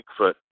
Bigfoot